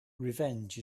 revenge